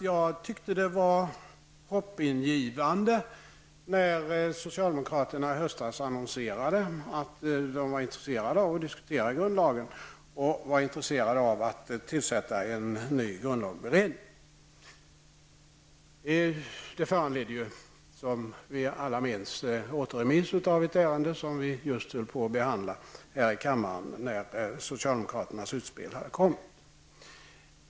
Jag tyckte det var hoppingivande när socialdemokraterna i höstas annonserade att de var intresserade av att diskutera grundlagen och av att tillsätta en ny grundlagsberedning. Det föranledde ju, som vi alla minns, återremiss av ett ärende som vi just höll på att behandla här i kammaren när socialdemokraternas utspel kom.